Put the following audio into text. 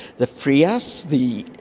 the frias, the,